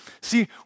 See